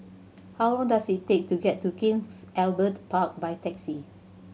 how long does it take to get to King Albert Park by taxi